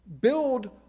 build